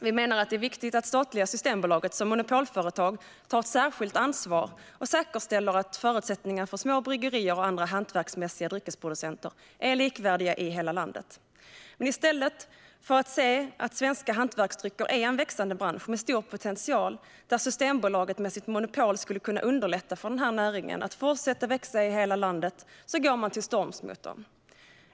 Vi menar att det är viktigt att statliga Systembolaget som monopolföretag tar ett särskilt ansvar och säkerställer att förutsättningarna för små bryggerier och andra hantverksmässiga dryckesproducenter är likvärdiga i hela landet. Men i stället för att se att svenska hantverksdrycker är en växande bransch med stor potential, där Systembolaget med sitt monopol skulle kunna underlätta för denna näring att fortsätta växa i hela landet, går man till storms mot dem.